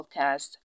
podcast